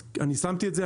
אז אני שמתי את זה.